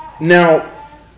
Now